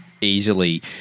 easily